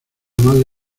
madre